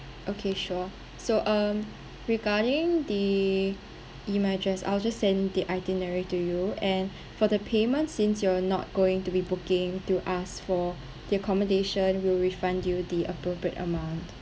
okay sure so um regarding the images I'll just send the itinerary to you and for the payment since you're not going to be booking through us for the accommodation we'll refund you the appropriate amount